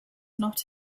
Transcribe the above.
not